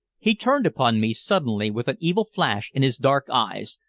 he turned upon me suddenly with an evil flash in his dark eyes,